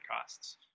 costs